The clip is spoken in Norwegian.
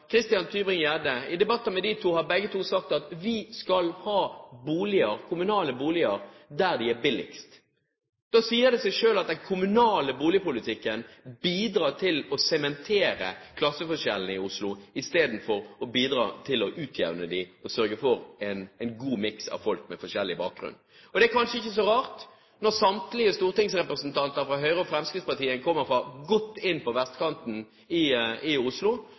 har begge to sagt at vi skal ha kommunale boliger der de er billigst. Da sier det seg selv at den kommunale boligpolitikken bidrar til å sementere klasseforskjellene i Oslo i stedet for å bidra til å utjevne dem og sørge for en god miks av folk med forskjellig bakgrunn. Det er kanskje ikke så rart, når samtlige stortingsrepresentanter fra Høyre og Fremskrittspartiet kommer fra godt inn på vestkanten i Oslo, mens venstresiden – i